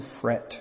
fret